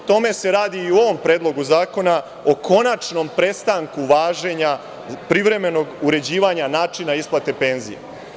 O tome se radi i u ovom Predlogu zakona, o konačnom prestanku važenja privremenog uređivanja načina isplate penzija.